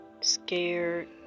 Scared